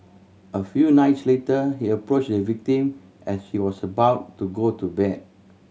a few nights later he approached the victim as she was about to go to bed